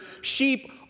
sheep